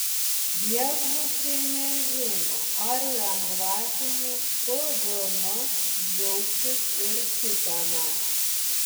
viešbučiai nežino ar lengvatiniu pvm džiaugsis ir kitąmet